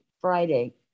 Friday